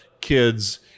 kids